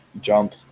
jump